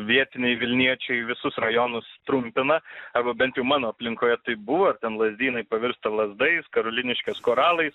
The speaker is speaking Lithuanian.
vietiniai vilniečiai visus rajonus trumpina arba bent jau mano aplinkoje taip buvo ten lazdynai pavirsta lazdais karoliniškės koralai